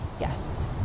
Yes